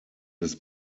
des